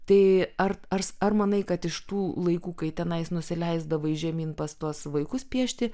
tai ar ars ar manai kad iš tų laikų kai tenai nusileisdavai žemyn pas tuos vaikus piešti